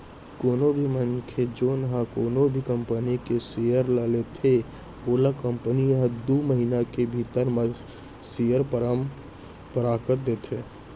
कोनो भी मनसे जेन ह कोनो भी कंपनी के सेयर ल लेथे ओला कंपनी ह दू महिना के भीतरी म सेयर परमान पतरक देथे